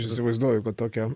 įsivaizduoju kad tokią